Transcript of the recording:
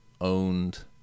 owned